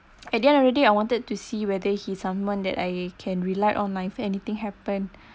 at the end of the day I wanted to see whether he someone that I can rely on lah if anything happen